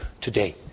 today